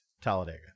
Talladega